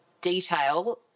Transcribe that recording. detail